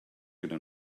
gyda